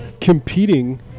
competing